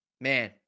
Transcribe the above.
Man